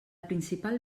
principal